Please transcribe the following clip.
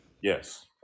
Yes